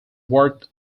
worked